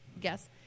guess